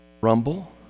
rumble